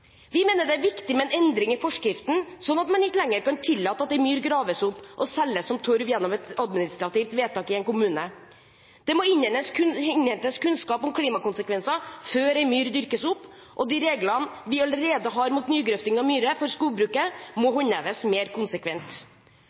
Vi mener det er viktig med en endring i forskriften, sånn at man ikke lenger kan tillate at en myr graves opp og selges som torv gjennom et administrativt vedtak i en kommune. Det må innhentes kunnskap om klimakonsekvenser før en myr dyrkes opp, og de reglene vi allerede har mot nygrøfting av myrer for skogbruket, må håndheves mer konsekvent.